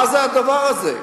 מה זה הדבר הזה?